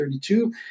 32